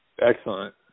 Excellent